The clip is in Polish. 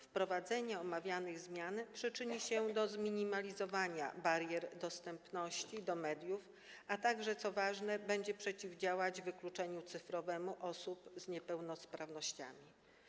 Wprowadzenie omawianej zmiany przyczyni się do zminimalizowania barier w dostępie do mediów, a także, co ważne, będzie przeciwdziałać wykluczeniu cyfrowemu osób z niepełnosprawnościami.